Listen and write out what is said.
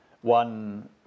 one